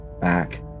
back